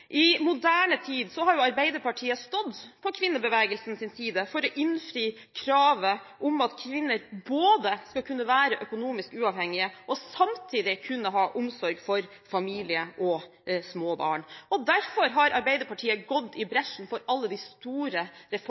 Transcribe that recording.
I moderne tid har jo Arbeiderpartiet stått på kvinnebevegelsens side for å innfri kravet om at kvinner både skal kunne være økonomisk uavhengige og samtidig kunne ha omsorg for familie og små barn, og derfor har Arbeiderpartiet gått i bresjen for alle de store